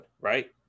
right